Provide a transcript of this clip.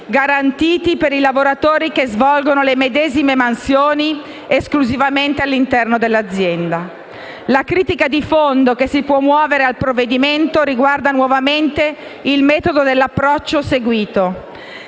garantiti per i lavoratori che svolgono le medesime mansioni esclusivamente all'interno dell'azienda. La critica di fondo che si può muovere al provvedimento riguarda nuovamente il metodo dell'approccio seguito.